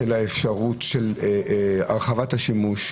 של האפשרות של הרחבת השימוש,